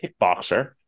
kickboxer